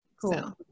Cool